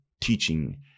teaching